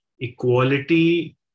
equality